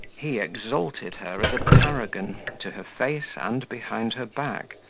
he exalted her as a paragon to her face and behind her back,